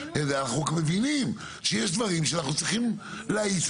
אנחנו מבינים שיש דברים שאנחנו צריכים להאיץ